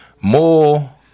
more